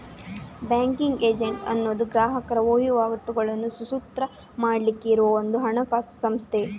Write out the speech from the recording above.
banking agent ಅನ್ನುದು ಗ್ರಾಹಕರ ವಹಿವಾಟುಗಳನ್ನ ಸುಸೂತ್ರ ಮಾಡ್ಲಿಕ್ಕೆ ಇರುವ ಒಂದು ಹಣಕಾಸು ಸಂಸ್ಥೆ